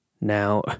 Now